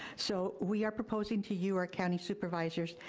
so we are proposing to you, our county supervisors,